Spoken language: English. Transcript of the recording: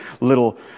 little